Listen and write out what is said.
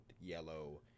yellow